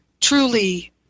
truly